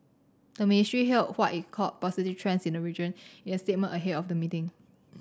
the ministry hailed what it called positive trends in the region in a statement ahead of the meeting